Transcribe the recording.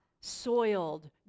soiled